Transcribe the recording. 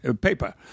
paper